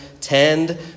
tend